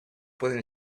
pueden